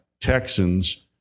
Texans